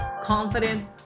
confidence